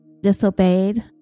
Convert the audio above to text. disobeyed